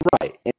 Right